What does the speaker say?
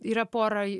yra pora